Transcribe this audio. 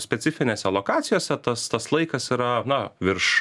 specifinėse lokacijose tas tas laikas yra na virš